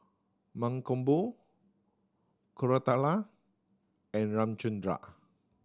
Mankombu Koratala and Ramchundra